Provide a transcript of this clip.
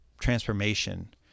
transformation